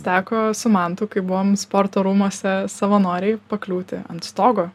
teko su mantu kai buvom sporto rūmuose savanoriai pakliūti ant stogo